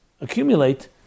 accumulate